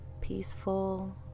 peaceful